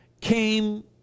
came